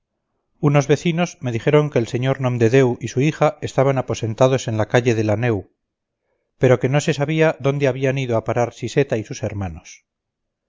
unos vecinos me dijeron que el señor nomdedeu y su hija estaban aposentados en la calle de la neu pero que no se sabía dónde habían ido a parar siseta y sus hermanos